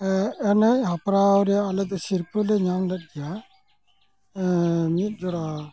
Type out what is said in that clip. ᱮᱱᱮᱡ ᱦᱮᱯᱨᱟᱣ ᱨᱮᱭᱟᱜ ᱟᱞᱮᱫᱚ ᱥᱤᱨᱯᱟᱹᱞᱮ ᱧᱟᱢᱞᱮᱫ ᱜᱮᱭᱟ ᱢᱤᱫ ᱡᱚᱲᱟ